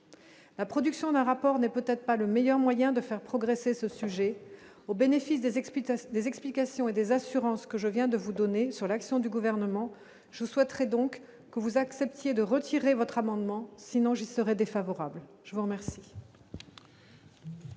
la production d'un rapport n'est peut-être pas le meilleur moyen de faire progresser ce sujet au bénéfice des explique pétasse des explications et des assurances que je viens de vous donner sur l'action du gouvernement, je souhaiterais donc que vous acceptiez de retirer votre amendement, sinon je serais défavorable, je vous remercie.